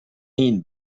این